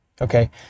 Okay